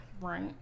right